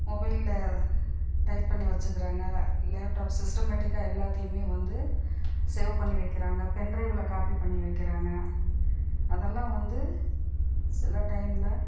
மொபைலில் டைப் பண்ணி வச்சுக்கிறாங்க லேப்டாப் சிஸ்டமேட்டிக்காக எல்லாத்தையுமே வந்து சேவ் பண்ணி வைக்கிறாங்க பென் ட்ரைவ்வில் காப்பி பண்ணி வைக்கிறாங்க அதெல்லாம் வந்து சில டைமில்